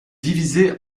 divisé